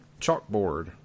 chalkboard